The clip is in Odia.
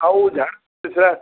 ଆଉ ଝାଡ଼ା ପରିଶ୍ରା